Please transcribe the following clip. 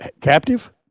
captive